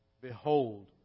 Behold